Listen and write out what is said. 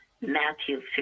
Matthew